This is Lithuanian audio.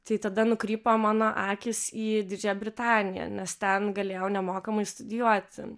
tai tada nukrypo mano akys į didžiąją britaniją nes ten galėjau nemokamai studijuoti